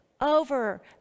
over